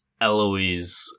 Eloise